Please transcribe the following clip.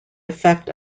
effect